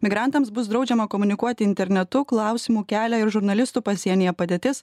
migrantams bus draudžiama komunikuoti internetu klausimų kelia ir žurnalistų pasienyje padėtis